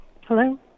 Hello